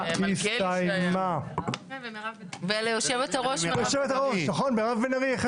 וליושבת-ראש מירב בן ארי.